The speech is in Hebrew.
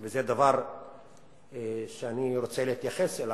זה דבר שאני רוצה להתייחס אליו: